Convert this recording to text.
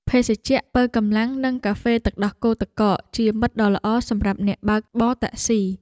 ភេសជ្ជៈប៉ូវកម្លាំង និងកាហ្វេទឹកដោះគោទឹកកក ជាមិត្តដ៏ល្អសម្រាប់អ្នកបើកបរតាក់ស៊ី។